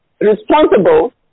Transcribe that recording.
responsible